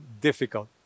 difficult